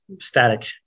static